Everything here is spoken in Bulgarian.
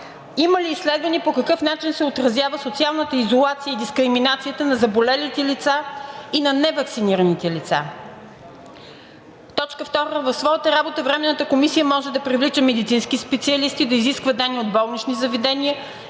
Има ли изследване по какъв начин се отразява социалната изолация и дискриминацията на заболелите лица и неваксинираните лица? 2. В своята работа Временната комисия може да привлича медицински специалисти, да изисква данни от болнични заведения,